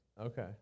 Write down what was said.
Okay